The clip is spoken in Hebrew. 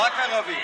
רק ערבים.